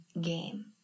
game